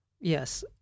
Yes